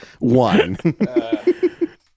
one